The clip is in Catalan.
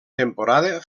temporada